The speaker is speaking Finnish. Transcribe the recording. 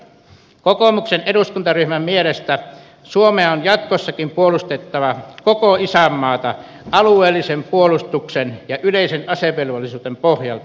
kokoomuksen eduskuntaryhmän mielestä suomea on jatkossakin puolustettava koko isänmaata alueellisen puolustuksen ja yleisen asevelvollisuuden pohjalta